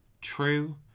True